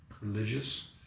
religious